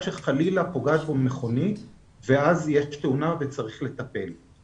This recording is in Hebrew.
שחלילה פוגעת בו מכונית ואז יש תאונה וצריך לטפל.